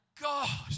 God